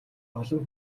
олон